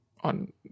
on